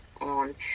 on